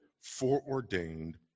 foreordained